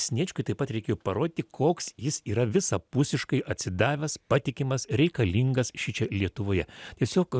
sniečkui taip pat reikėjo parodyti koks jis yra visapusiškai atsidavęs patikimas reikalingas šičia lietuvoje tiesiog